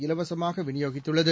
இலவசமாகவிநியோகித்துள்ளது